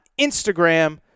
Instagram